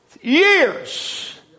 years